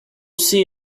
see